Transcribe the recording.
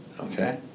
okay